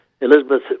Elizabeth